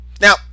Now